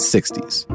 60s